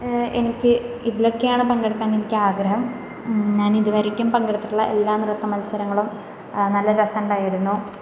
എനിക്ക് ഇതിലൊക്കെയാണ് പങ്കെടുക്കാൻ എനിക്കാഗ്രഹം ഞാൻ ഇത് വരെയ്ക്കും പങ്കെടുത്തിട്ടുള്ള എല്ലാ നൃത്ത മത്സരങ്ങളും നല്ല രസമുണ്ടായിരുന്നു